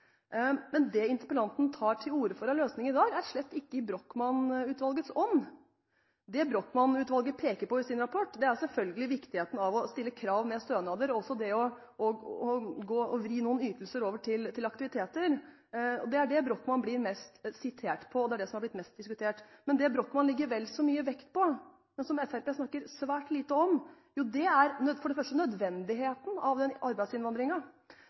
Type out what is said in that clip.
Men det interpellanten tar til orde for av løsninger i dag, er slett ikke i Brochmann-utvalgets ånd. Det Brochmann-utvalget peker på i sin rapport, er viktigheten av å stille krav knyttet til stønader og også det å vri noen ytelser over til aktiviteter. Det er det Brochmann-utvalget blir mest sitert på, og det er det som er blitt mest diskutert. Men det Brochmann-utvalget legger vel så mye vekt på, men som Fremskrittspartiet snakker svært lite om, er nødvendigheten av arbeidsinnvandringen, nødvendigheten av å satse på integrering, på språkopplæring, på å avvikle kontantstøtten, nødvendigheten av